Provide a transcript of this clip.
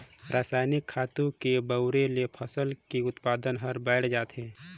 रसायनिक खातू के बउरे ले फसल के उत्पादन हर बायड़ जाथे